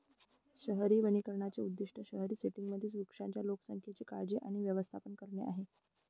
शहरी वनीकरणाचे उद्दीष्ट शहरी सेटिंग्जमधील वृक्षांच्या लोकसंख्येची काळजी आणि व्यवस्थापन करणे आहे